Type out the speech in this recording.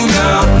now